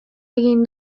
egin